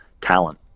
talent